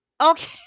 okay